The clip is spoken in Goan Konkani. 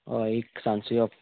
हय एक सांचो यो